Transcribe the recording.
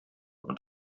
und